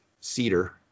Cedar